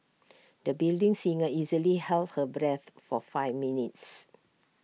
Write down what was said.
the budding singer easily held her breath for five minutes